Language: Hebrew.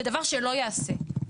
זה דבר שלא יעשה.